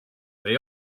they